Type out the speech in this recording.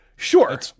Sure